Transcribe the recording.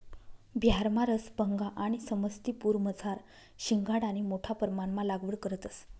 बिहारमा रसभंगा आणि समस्तीपुरमझार शिंघाडानी मोठा परमाणमा लागवड करतंस